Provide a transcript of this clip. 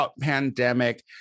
pandemic